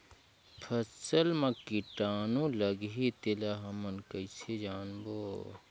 फसल मा कीटाणु लगही तेला हमन कइसे जानबो?